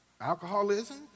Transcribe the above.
Alcoholism